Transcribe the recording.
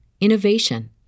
innovation